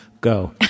Go